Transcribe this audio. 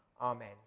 Amen